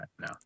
No